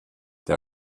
der